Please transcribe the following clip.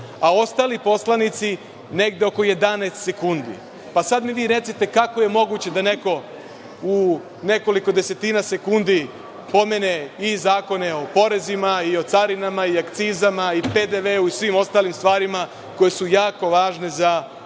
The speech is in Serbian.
a ostali poslanici negde oko 11 sekundi. Sad mi vi recite kako je moguće da neko u nekoliko desetina sekundi pomene i zakone o porezima, i o carinama, i akcizama, i PDV-u i svim ostalim stvarima koje su jako važne za građane